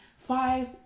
five